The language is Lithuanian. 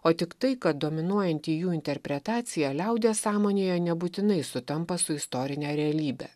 o tik tai kad dominuojanti jų interpretacija liaudies sąmonėje nebūtinai sutampa su istorine realybe